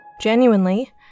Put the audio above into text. Genuinely